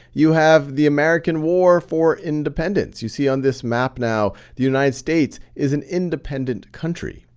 you have the american war for independence. you see on this map now the united states is an independent country.